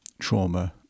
trauma